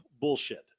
bullshit